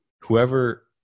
whoever